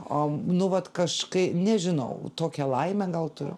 o nu vat kažkai nežinau tokią laimę gal turiu